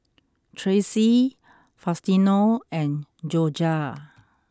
Trace Faustino and Jorja